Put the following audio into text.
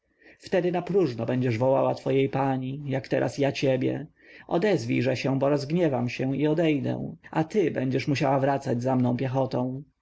wtedy napróżno będziesz wołała twojej pani jak teraz ja ciebie odezwijże się bo rozgniewam się i odejdę a ty będziesz musiała wracać za mną piechotą